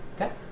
Okay